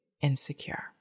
insecure